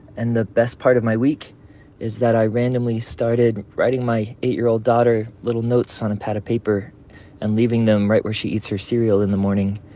and the best part of my week is that i randomly started writing my eight year old daughter little notes on a pad of paper and leaving them right where she eats her cereal in the morning.